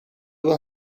will